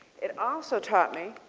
it also taught me